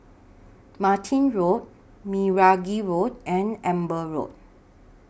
Martin Road Meragi Road and Amber Road